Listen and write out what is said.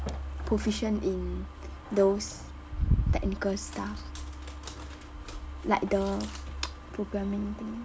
proficient in those technical stuff like the programming thing